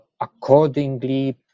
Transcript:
Accordingly